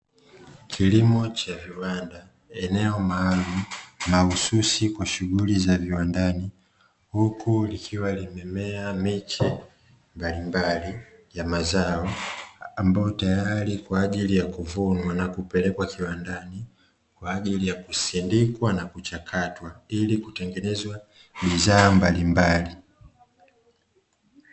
Kilimo cha viwanda, eneo maalumu mahususi kwa shughuli za viwandani, huku likiwa limemea miche mbalimbali ya mazao ambayo tayari kwa ajili ya kuvunwa na kupelekwa kiwandani, kwa ajili ya kusindikwa na kuchakatwa ili kutengenezwa bidhaa mbalimbali.